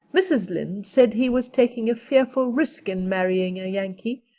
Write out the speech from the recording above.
mrs. lynde said he was taking a fearful risk in marrying a yankee,